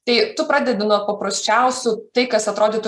tai tu pradedi nuo paprasčiausių tai kas atrodytų